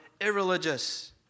irreligious